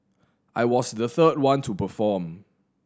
I was the third one to perform